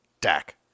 Dak